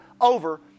over